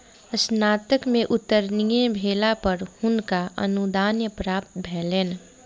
स्नातक में उत्तीर्ण भेला पर हुनका अनुदान प्राप्त भेलैन